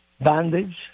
bandage